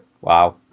Wow